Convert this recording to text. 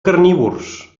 carnívors